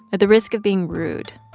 at the risk of being rude,